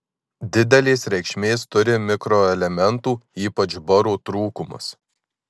didelės reikšmės turi mikroelementų ypač boro trūkumas